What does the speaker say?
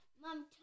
Mom